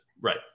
Right